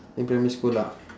in primary school lah